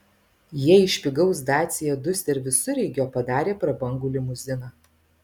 jie iš pigaus dacia duster visureigio padarė prabangų limuziną